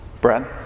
Brad